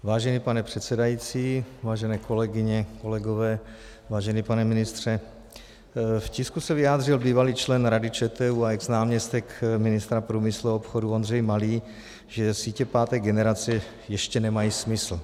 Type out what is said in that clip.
Vážený pane předsedající, vážené kolegyně, kolegové, vážený pane ministře, v tisku se vyjádřil bývalý člen Rady ČTÚ a exnáměstek ministra průmyslu a obchodu Ondřej Malý, že sítě páté generace ještě nemají smysl.